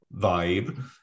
vibe